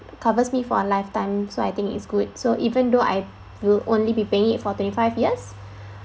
covers me for a lifetime so I think it's good so even though I will only be paying it for twenty five years